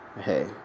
Hey